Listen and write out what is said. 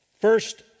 First